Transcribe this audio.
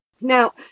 Now